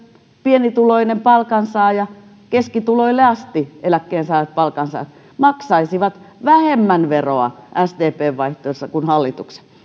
pienituloinen palkansaaja ja keskituloille asti eläkkeensaajat ja palkansaajat maksaisivat vähemmän veroa sdpn vaihtoehdossa kuin hallituksen